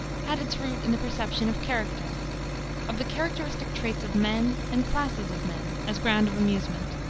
had its root in the perception of character of the characteristic traits of men and classes of men, as ground of amusement.